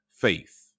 faith